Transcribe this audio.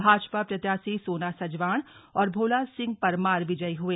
भाजपा प्रत्याशी सोना सजवाण और भोला सिंह परमार विजयी हुए